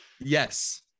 yes